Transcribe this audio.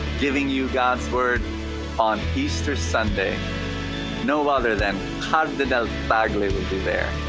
giving you god's word on easter sunday no other than cardinal be there.